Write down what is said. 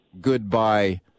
goodbye